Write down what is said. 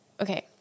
okay